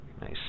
nice